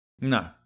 No